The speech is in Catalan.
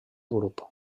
grup